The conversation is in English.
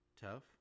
tough